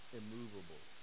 immovable